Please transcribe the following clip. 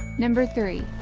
number three.